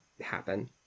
happen